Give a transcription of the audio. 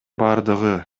бардыгы